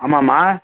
ஆமாம்மா